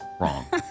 wrong